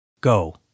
Go